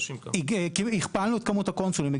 הכפלנו את כמות הקונסולים.